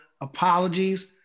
apologies